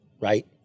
right